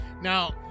Now